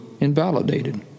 invalidated